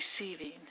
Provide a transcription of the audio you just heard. receiving